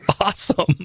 Awesome